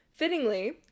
Fittingly